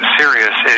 serious